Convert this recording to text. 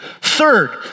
Third